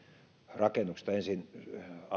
rakennuksesta ensin